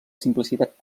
simplicitat